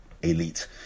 elite